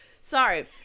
sorry